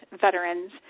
veterans